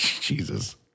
Jesus